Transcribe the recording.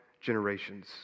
generations